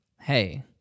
hey